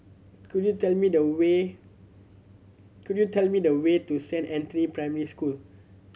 could you tell me the way could you tell me the way to Saint Anthony's Primary School